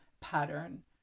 pattern